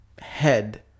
head